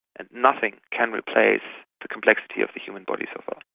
and nothing can replace the complexity of the human body so far.